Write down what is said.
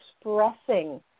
expressing